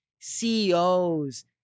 CEOs